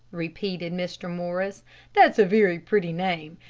repeated mr. morris that is a very pretty name.